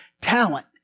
talent